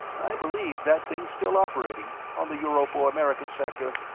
i believe that thing's still operating, on the europo-american sector,